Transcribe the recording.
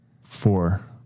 four